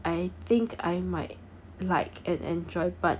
I think I might like and enjoyed but